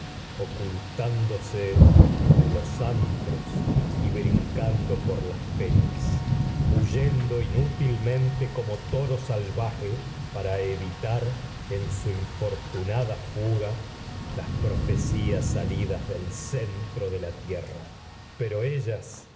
ocultándose antros y brincando las huyendo inútilmente su como toro salvaje para evitar en centro de infortunada fuga las profecías salidas del la tierra pero de ellas